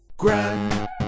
Grand